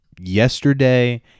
yesterday